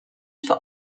for